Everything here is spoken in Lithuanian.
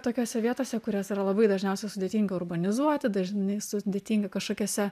tokiose vietose kurios yra labai dažniausia sudėtinga urbanizuoti dažnai sudėtinga kažkokiose